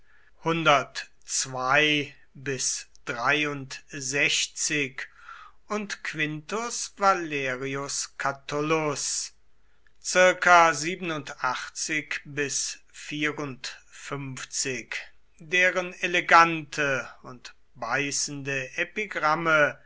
und quintus valerius catullus deren elegante und beißende epigramme